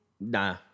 Nah